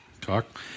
talk